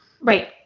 Right